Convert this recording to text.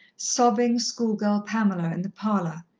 sobbing, schoolgirl pamela in the parlour,